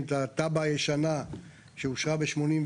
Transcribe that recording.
את הטבה הישנה שאושרה ב- 1982,